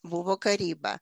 buvo karyba